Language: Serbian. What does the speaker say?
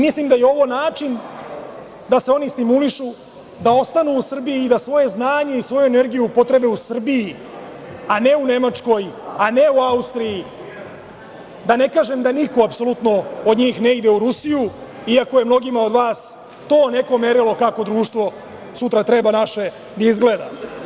Mislim da je ovo način da se oni stimulišu da ostanu u Srbiji i da svoje znanje i svoju energiju upotrebe u Srbiji, a ne u Nemačkoj, ne u Austriji, da ne kažem da niko apsolutno od njih ne ide u Rusiju, iako je mnogima od vas to neko merilo kako društvo sutra treba naše da izgleda.